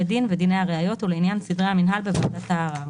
דין ודיני הראיות ולעניין סדרי המינהל בוועדת הערר."